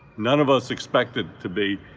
none of us expected to be